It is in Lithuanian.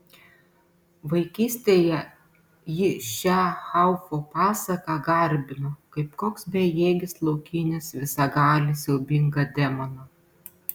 vaikystėje ji šią haufo pasaką garbino kaip koks bejėgis laukinis visagalį siaubingą demoną